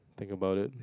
think about it